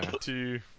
two